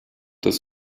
des